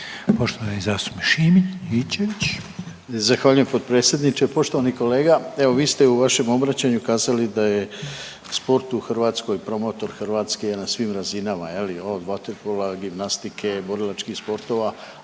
Šimičević. **Šimičević, Rade (HDZ)** Zahvaljujem potpredsjedniče. Poštovani kolega, evo vi ste u vašem obraćanju kazali da je sport u Hrvatskoj promotor Hrvatske na svim razinama je li od vaterpola, gimnastike, borilačkih sportova,